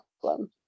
problem